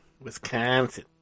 Wisconsin